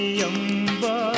Yamba